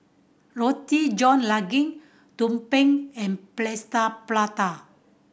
Roti John Daging tumpeng and plaster